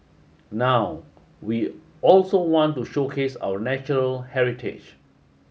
now we also want to showcase our natural heritage